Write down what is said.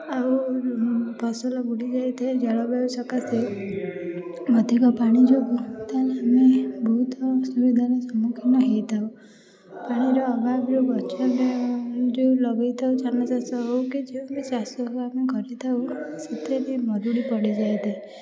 ଆଉ ଫସଲ ବୁଡ଼ିଯାଇଥାଏ ଜଳବାୟୁ ସକାଶେ ଅଧିକ ପାଣି ଯୋଗୁଁ ତା'ହେଲେ ଆମେ ବହୁତ ଅସୁବିଧାର ସମ୍ମୁଖିନ ହେଇଥାଉ ପାଣିର ଅଭାବ ଯୋଗୁଁ ଗଛରେ ଯେଉଁ ଲଗେଇଥାଉ ଧାନ ଚାଷ ହଉ ଯେକୌଣସି ଚାଷ ହଉ ଆମେ କରିଥାଉ ସେଥିରେ ବି ମରୁଡ଼ି ପଡ଼ି ଯାଇଥାଏ